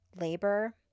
labor